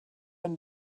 and